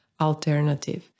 alternative